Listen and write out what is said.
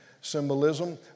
symbolism